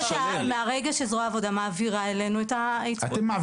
מרגע שזרוע העבודה מעבירה אלינו את העיצומים.